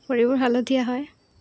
ভৰিবোৰ হালধীয়া হয়